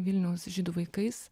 vilniaus žydų vaikais